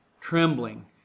trembling